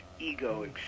ego